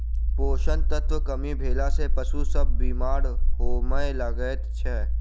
पोषण तत्वक कमी भेला सॅ पशु सभ बीमार होमय लागैत छै